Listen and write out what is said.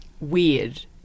weird